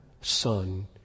Son